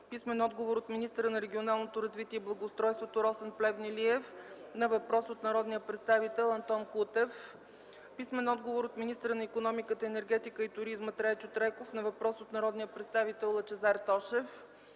Михалевски; - от министъра на регионалното развитие и благоустройството Росен Плевнелиев на въпрос от народния представител Антон Кутев; - от министъра на икономиката, енергетиката и туризма Трайчо Трайков на въпрос от народния представител Лъчезар Тошев;